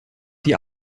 die